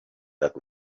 that